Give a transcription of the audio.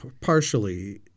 partially